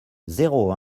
zéro